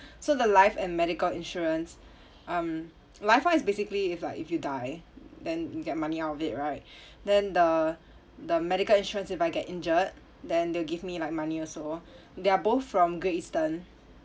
so the life and medical insurance um life one is basically if like if you die then you get money out of it right then the the medical insurance if I get injured then they'll give me like money also they are both from great eastern